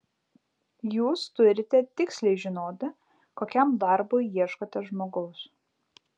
jūs turite tiksliai žinoti kokiam darbui ieškote žmogaus